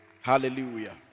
Hallelujah